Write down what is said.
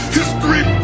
History